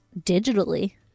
digitally